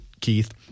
Keith